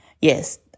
Yes